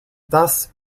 thus